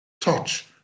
touch